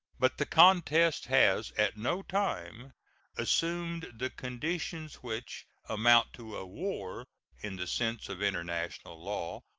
but the contest has at no time assumed the conditions which amount to a war in the sense of international law,